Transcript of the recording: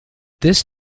this